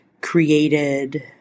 created